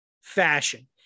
fashion